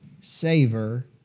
savor